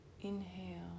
inhale